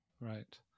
Right